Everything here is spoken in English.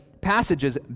passages